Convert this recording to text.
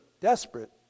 desperate